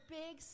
big